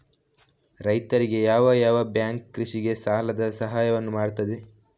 ರೈತರಿಗೆ ಯಾವ ಯಾವ ಬ್ಯಾಂಕ್ ಕೃಷಿಗೆ ಸಾಲದ ಸಹಾಯವನ್ನು ಮಾಡ್ತದೆ?